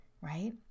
right